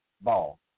ball